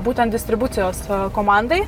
būtent distribucijos komandai